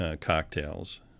cocktails